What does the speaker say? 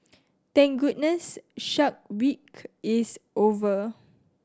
thank goodness Shark Week is over